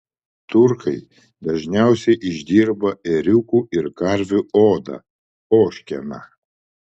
turkai dažniausiai išdirba ėriukų ir karvių odą ožkeną